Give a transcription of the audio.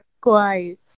quiet